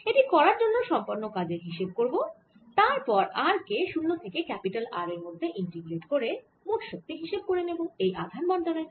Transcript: এটি করার জন্য সম্পন্ন কাজের হিসেব করব আর তারপর r কে 0 থেকে R এর মধ্যে ইন্টিগ্রেট করে মোট শক্তি হিসেব করে নেব এই আধান বণ্টনের জন্য